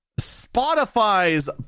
Spotify's